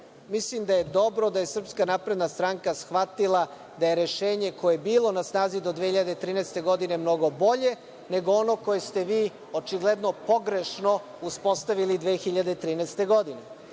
mislim da je dobro da je SNS shvatila da je rešenje koje je bilo na snazi do 2013. godine mnogo bolje nego ono koje ste vi očigledno pogrešno uspostavili 2013. godine. Dakle,